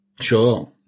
sure